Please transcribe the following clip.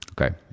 Okay